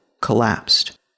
collapsed